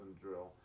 drill